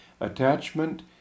attachment